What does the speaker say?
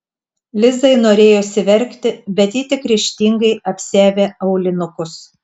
lizai norėjosi verkti bet ji tik ryžtingai apsiavė aulinukus